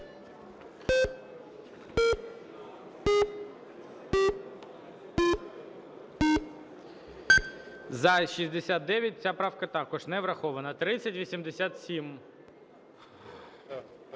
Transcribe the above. За-69 Ця правка також не врахована. 3087.